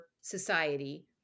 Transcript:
society